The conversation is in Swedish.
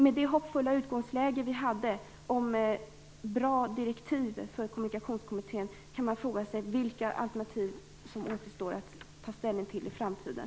Med det hoppfulla utgångsläge vi hade med bra direktiv till Kommunikationskommittén kan man fråga sig vilka alternativ som återstår att ta ställning till i framtiden.